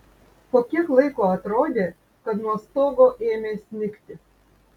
po kiek laiko atrodė kad nuo stogo ėmė snigti